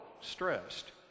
stressed